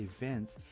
events